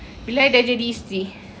bila I dah jadi isteri